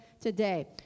today